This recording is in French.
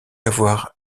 avoir